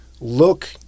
look